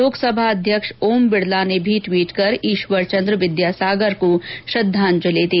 लोकसभा अध्यक्ष ओम रिबला ने भी ट्वीट कर ईश्वर चन्द्र विद्यासागर को श्रद्धांजलि दी